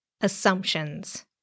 assumptions